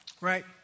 Right